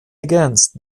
against